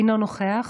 אינו נוכח,